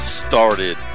started